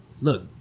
look